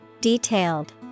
Detailed